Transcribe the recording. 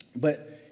but,